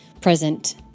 present